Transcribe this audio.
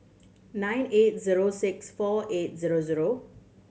nine eight zero six four eight zero zero